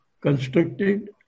constructed